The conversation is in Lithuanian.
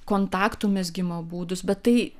kontaktų mezgimo būdus bet tai